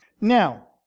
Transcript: Now